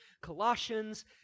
Colossians